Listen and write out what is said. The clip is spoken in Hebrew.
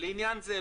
לעניין זה,